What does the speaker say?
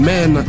Men